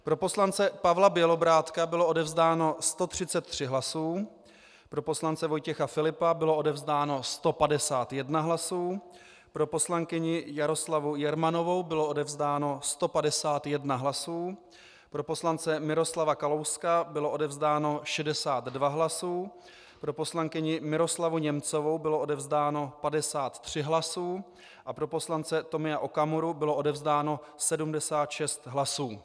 Pro poslance Pavla Bělobrádka bylo odevzdáno 133 hlasů, pro poslance Vojtěcha Filipa bylo odevzdáno 151 hlasů, pro poslankyni Jaroslavu Jermanovou bylo odevzdáno 151 hlasů, pro poslance Miroslava Kalouska bylo odevzdáno 62 hlasů, pro poslankyni Miroslavu Němcovou bylo odevzdáno 53 hlasů a pro poslance Tomia Okamuru bylo odevzdáno 76 hlasů.